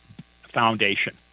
foundation